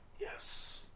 yes